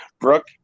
brooke